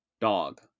Dog